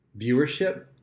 viewership